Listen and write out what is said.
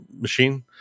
machine